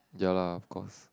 ya lah of course